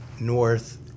north